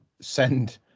send